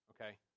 okay